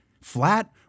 Flat